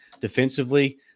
defensively